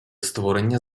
створення